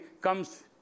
comes